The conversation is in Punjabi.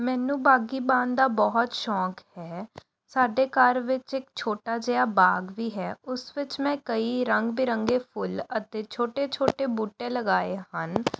ਮੈਨੂੰ ਬਾਗਬਾਨੀ ਦਾ ਬਹੁਤ ਸ਼ੌਂਕ ਹੈ ਸਾਡੇ ਘਰ ਵਿੱਚ ਇੱਕ ਛੋਟਾ ਜਿਹਾ ਬਾਗ ਵੀ ਹੈ ਉਸ ਵਿੱਚ ਮੈਂ ਕਈ ਰੰਗ ਬਿਰੰਗੇ ਫੁੱਲ ਅਤੇ ਛੋਟੇ ਛੋਟੇ ਬੂਟੇ ਲਗਾਏ ਹਨ